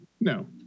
no